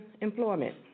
employment